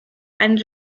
and